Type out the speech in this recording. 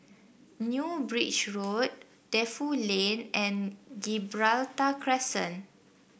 New Bridge Road Defu Lane and Gibraltar Crescent